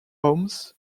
homes